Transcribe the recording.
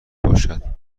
باشد